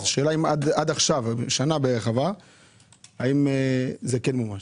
עברה בערך שנה, האם זה כן מומש?